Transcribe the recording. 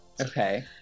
Okay